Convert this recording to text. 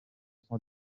son